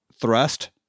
thrust